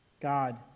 God